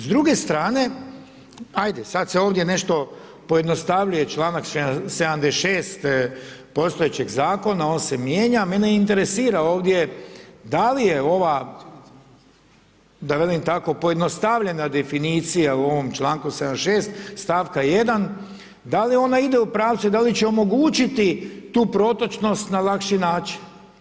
S druge strane, ajde sada se ovdje nešto pojednostavljuje članak 76. postojećeg zakona, on se mijenja, mene interesira ovdje, da li je ova da velim tako pojednostavljena definicija u ovom članku 76. stavka 1 da li ona ide u pravcu i da li će omogućiti tu protočnost na lakši način.